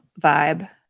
vibe